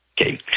Okay